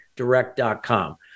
direct.com